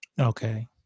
Okay